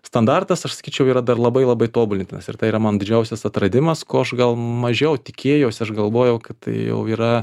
standartas aš sakyčiau yra dar labai labai tobulintinas ir tai yra man didžiausias atradimas ko aš gal mažiau tikėjausi aš galvojau kad tai jau yra